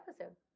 episode